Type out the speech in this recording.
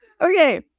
Okay